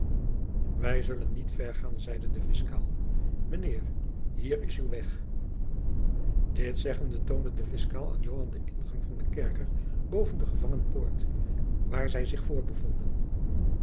wij zullen niet ver gaan zeide de fiscaal mijnheer hier is uw weg dit zeggende toonde de fiscaal aan joan de jacob van lennep de pleegzoon ingang van den kerker boven de gevangenpoort waar zij zich